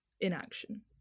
inaction